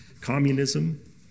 communism